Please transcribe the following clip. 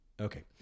Okay